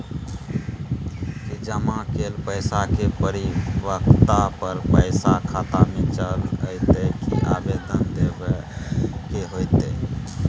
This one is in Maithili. जमा कैल पैसा के परिपक्वता पर पैसा खाता में चल अयतै की आवेदन देबे के होतै?